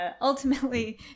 ultimately